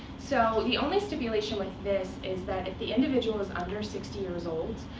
so the only stipulation with this is that if the individual is under sixty years old,